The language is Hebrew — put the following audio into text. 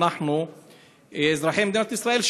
אנחנו אזרחי מדינת ישראל,